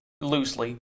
loosely